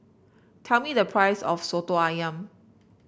tell me the price of soto ayam